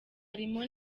harimo